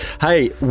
Hey